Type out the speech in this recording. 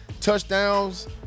touchdowns